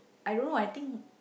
I don't know I think